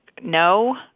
no